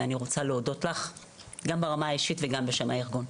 ואני רוצה להודות לך גם ברמה האישית וגם בשם הארגון.